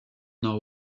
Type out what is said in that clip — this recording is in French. nord